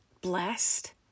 blessed